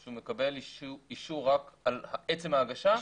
הוא מקבל אישור רק על עצם ההגשה.